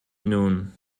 nun